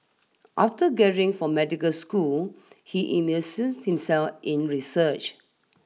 after graduating from medical school he immersed himself in research